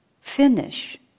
finish